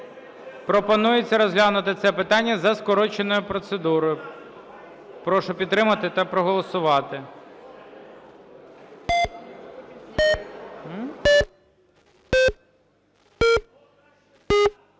Пропонується розглянути це питання за скорченою процедурою. Прошу підтримати та проголосувати.